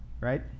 right